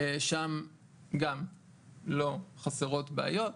שם גם לא חסרות בעיות,